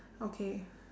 okay